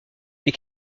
est